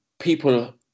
people